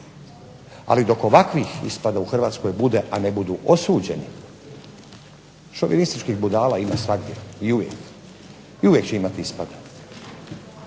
ali dok ovakvih ispada u Hrvatskoj bude, a ne budu osuđeni, šovinističkih budala ima svagdje i uvijek, i uvijek će imat ispada,